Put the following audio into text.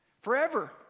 forever